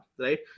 right